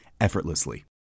effortlessly